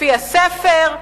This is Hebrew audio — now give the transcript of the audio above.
לפי הספר,